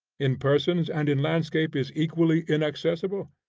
in persons and in landscape is equally inaccessible?